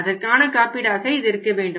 அதற்கான காப்பீடாக இது இருக்க வேண்டும்